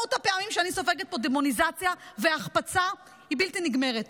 כמות הפעמים שאני סופגת פה דמוניזציה והחפצה היא בלתי נגמרת.